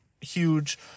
huge